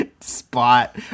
spot